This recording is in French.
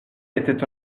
était